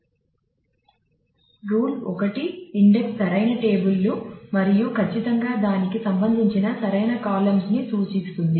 rule 1 index సరైన table లు మరియు ఖచ్చితంగా దానికి సంబంధించినది సరైన కాలమ్స్ ని సూచిస్తుంది